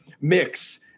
mix